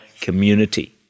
community